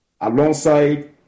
alongside